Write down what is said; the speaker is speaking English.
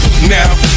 Now